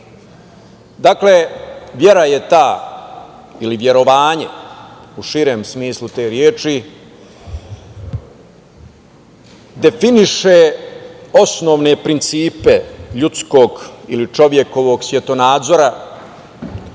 Dakle, vera je ta ili verovanje, u širem smislu te reči, definiše osnovne principe ljudskog ili čovekovog svetonazora,